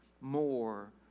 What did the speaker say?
more